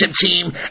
team